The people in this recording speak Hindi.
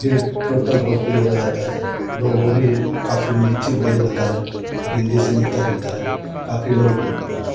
बी यह टोटल भोजपुरी बोला जाता है वह वह भी काफ़ी मीठी बोली होता है और हिंदी से मिलता जुलता है काफ़ी लोग